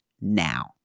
now